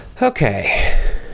Okay